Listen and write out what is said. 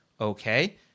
okay